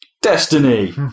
Destiny